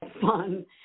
Fun